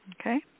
Okay